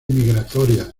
migratorias